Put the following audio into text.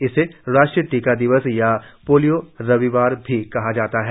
इसे राष्ट्रीय टीका दिवस या पोलिया रविवार भी कहा जाता है